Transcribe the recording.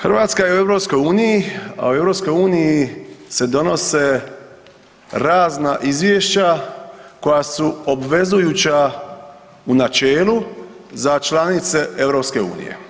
Hrvatska je u EU, a u EU se donose razna izvješća koja su obvezujuća u načelu za članice EU.